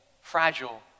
fragile